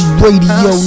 radio